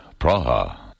Praha